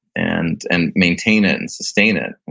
and and maintain it and sustain it.